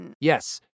Yes